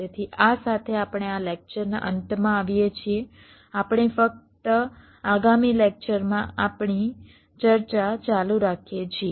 તેથી આ સાથે આપણે આ લેક્ચરના અંતમાં આવીએ છીએ આપણે ફક્ત આગામી લેક્ચરમાં આપણી ચર્ચા ચાલુ રાખીએ છીએ